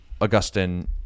Augustine